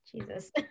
Jesus